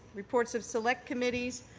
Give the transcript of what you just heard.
reports of select committees.